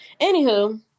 Anywho